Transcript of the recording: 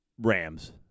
Rams